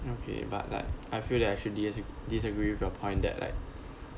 okay but like I feel that I should disa~ disagree with your point that like